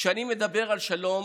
כשאני מדבר על שלום